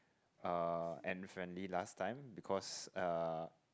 uh and friendly last time because uh